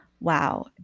Wow